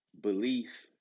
belief